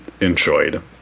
enjoyed